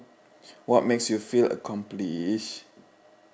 what makes you feel accomplished